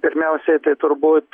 pirmiausiai tai turbūt